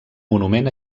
monument